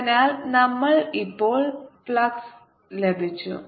അതിനാൽ നമ്മൾക്ക് ഇപ്പോൾ ഫ്ലക്സ് ലഭിച്ചു